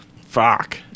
Fuck